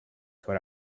code